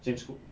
James Cook